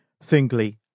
singly